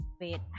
wait